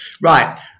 Right